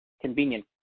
convenient